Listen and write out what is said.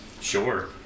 Sure